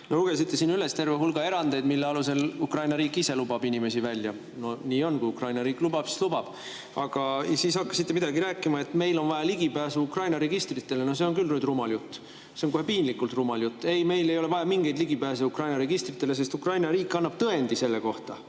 Lugesite siin üles terve hulga erandeid, mille alusel Ukraina riik ise lubab inimesi välja. Nii on – kui Ukraina riik lubab, siis lubab. Aga siis hakkasite midagi rääkima, et meil on vaja ligipääsu Ukraina registritele. No see on küll nüüd rumal jutt! See on kohe piinlikult rumal jutt! Ei, meil ei ole vaja mingit ligipääsu Ukraina registritele, sest Ukraina riik annab tõendi selle kohta,